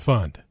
Fund